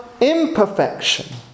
imperfection